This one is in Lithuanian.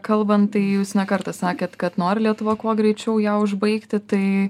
kalbant tai jūs ne kartą sakėt kad nori lietuva kuo greičiau ją užbaigti tai